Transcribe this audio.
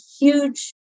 huge